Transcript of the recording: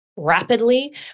rapidly